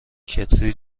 کتری